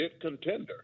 contender